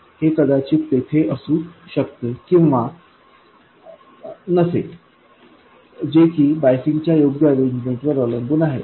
हे कदाचित तेथे असू शकते किंवा नसेल जे की बायसिंगच्या योग्य अरेंजमेंट वर अवलंबून आहे